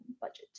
budget